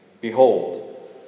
Behold